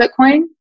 Bitcoin